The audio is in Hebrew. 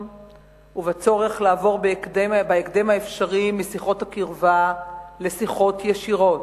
ובצורך לעבור בהקדם האפשרי משיחות הקרבה לשיחות ישירות.